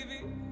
baby